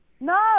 no